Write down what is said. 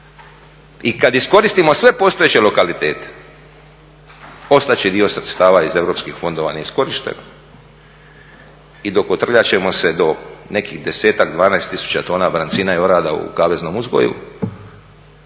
i kad iskoristimo sve postojeće lokalitete, ostat će dio sredstava iz europskih fondova neiskorišteno i dokotrljat ćemo se do nekih 10-ak, 12 tisuća tona brancina i orade u kaveznom uzgoju,